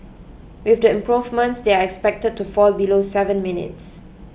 with the improvements they are expected to fall below seven minutes